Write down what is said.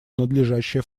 надлежащее